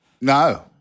No